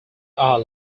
are